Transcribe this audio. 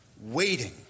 waiting